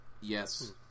Yes